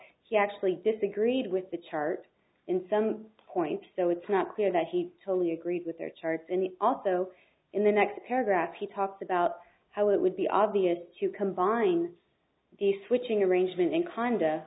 he actually disagreed with the chart in some point so it's not clear that he totally agreed with their charts in the also in the next paragraph he talks about how it would be obvious to combine the switching arrangement in